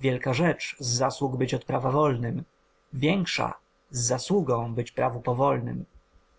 wielka rzecz z zasług być od prawa wolnym większa z zasługą być prawu powolnym